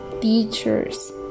teachers